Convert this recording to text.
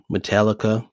Metallica